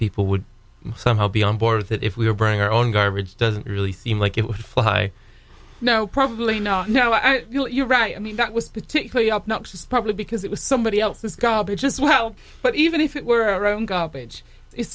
people would somehow be on board that if we were bringing our own garbage doesn't really seem like it would fly no probably no no i think you're right i mean that was particularly obnoxious probably because it was somebody else's garbage just how but even if it were a room garbage it's